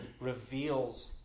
reveals